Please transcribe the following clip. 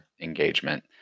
engagement